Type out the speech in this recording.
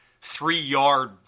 three-yard